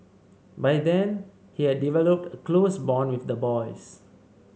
by then he had developed a close bond with the boys